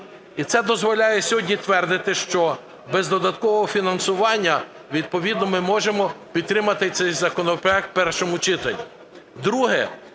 І це дозволяє сьогодні твердити, що без додаткового фінансування відповідно ми можемо підтримати цей законопроект у першому читанні.